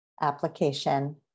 application